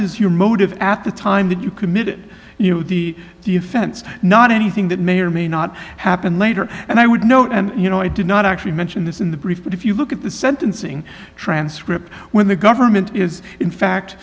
is your motive at the time that you committed you know the the offense not anything that may or may not happen later and i would note and you know i did not actually mention this in the brief but if you look at the sentencing transcript when the government is in fact